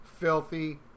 Filthy